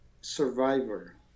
survivor